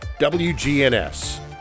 WGNS